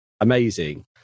amazing